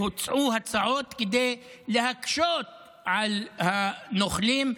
והוצעו הצעות כדי להקשות על הנוכלים,